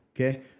Okay